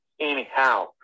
Anyhow